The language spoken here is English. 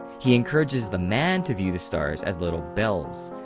he encourages the man to view the stars as little bells.